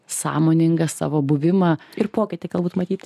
sąmoningą savo buvimą ir pokytį galbūt matyt